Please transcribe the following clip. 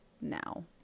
now